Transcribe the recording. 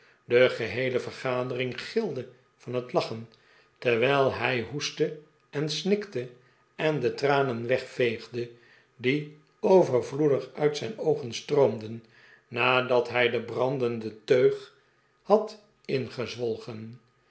de geheele vergadering gilde van het lachen terwijl hij hoestte en snikte en de tranen wegveegde die overvloedig uit zijn oogen stroomden nadat hij de brandende teug had ingezwolgen